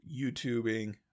YouTubing